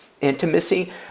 intimacy